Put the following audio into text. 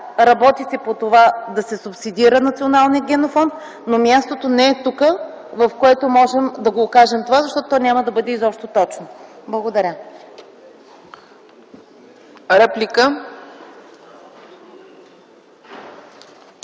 работи се по това да се субсидира Националният генофонд, но мястото не е тук, в което можем да кажем това, защото то няма да бъде изобщо точно. Благодаря.